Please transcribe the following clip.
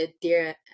dear